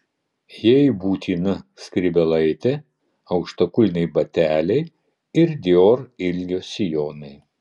jai būtina skrybėlaitė aukštakulniai bateliai ir dior ilgio sijonai